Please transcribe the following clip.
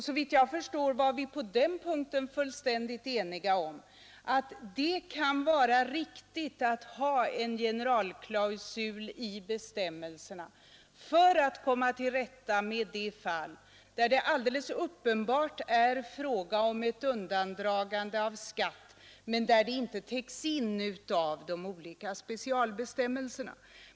Såvitt jag förstår var vi på den punkten fullständigt eniga om att det kan vara riktigt att ha en generalklausul i bestämmelserna för att komma till rätta med de fall där det alldeles uppenbart är fråga om ett undandragande av skatt men där det inte täcks in av de olika specialbestämmelserna.